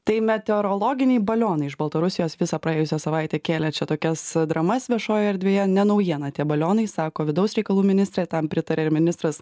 tai meteorologiniai balionai iš baltarusijos visą praėjusią savaitę kėlė čia tokias dramas viešojoj erdvėje ne naujiena tie balionai sako vidaus reikalų ministrė tam pritaria ir ministras